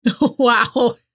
Wow